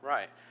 Right